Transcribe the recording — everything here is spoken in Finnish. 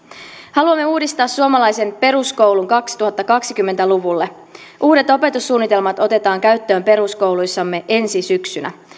haluamme uudistaa suomalaisen peruskoulun kaksituhattakaksikymmentä luvulle uudet opetussuunnitelmat otetaan käyttöön peruskouluissamme ensi syksynä